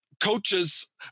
coaches